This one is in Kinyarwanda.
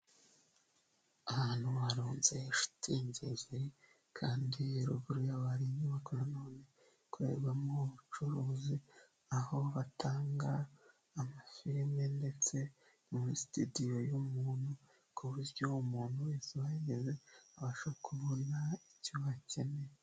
Ahantu harunze shitingi ebyiri, kandi ruguru yaho hari inyubako nanone, ikorerwamo ubucuruzi, aho batanga amafilime ndetse muri sitidiyo y'umuntu, kuburyo umuntu wese uhageze abasha kubona icyo akeneye.